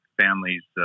families